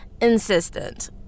insistent